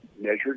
measured